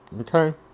Okay